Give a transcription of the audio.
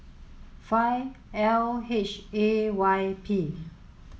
five L H A Y P